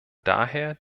daher